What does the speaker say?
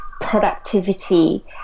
productivity